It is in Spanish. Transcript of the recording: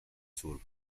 sur